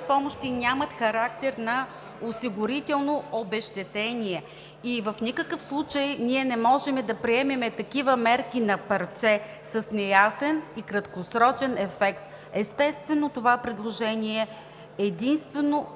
помощи нямат характер на осигурително обезщетение и в никакъв случай ние не можем да приемем такива мерки на парче, с неясен и краткосрочен ефект. Естествено, това предложение има единствено